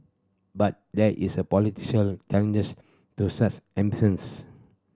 but there is a political challenges to such ambitions